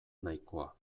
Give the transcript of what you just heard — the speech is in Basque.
nahikoa